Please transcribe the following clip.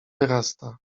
wyrasta